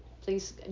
please